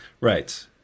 Right